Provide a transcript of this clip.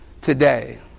today